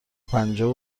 پنجاه